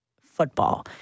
football